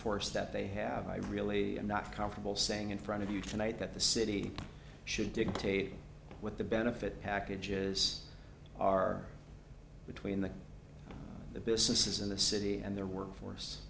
force that they have i really am not comfortable saying in front of you tonight that the city should dictate with the benefit packages are between the the businesses in the city and their workforce